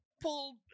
pulled